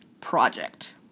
Project